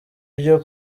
byo